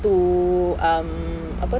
to um